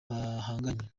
bahanganye